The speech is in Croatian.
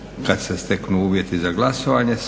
kad se steknu uvjeti za glasovanje.